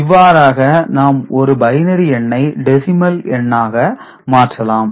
இவ்வாறாக நாம் ஒரு பைனரி எண்ணை டெசிமல் எண்ணாக மாற்றலாம்